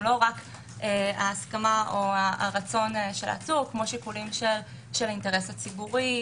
לא רק ההסכמה או הרצון של העצור כמו שיקולים של האינטרס הציבורי,